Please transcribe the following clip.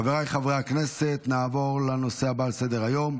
חבריי חברי הכנסת, נעבור לנושא הבא שעל סדר-היום,